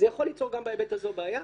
זה יכול ליצור גם בהיבט הזה בעיה.